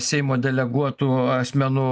seimo deleguotų asmenų